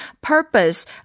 purpose